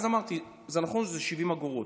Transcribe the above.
אז אמרתי: נכון שזה 70 אגורות.